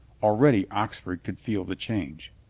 already oxford could feel the change.